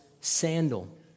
sandal